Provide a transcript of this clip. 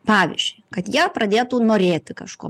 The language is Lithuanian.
pavyzdžiui kad jie pradėtų norėti kažko